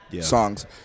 songs